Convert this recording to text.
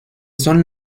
son